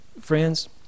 friends